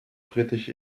britisch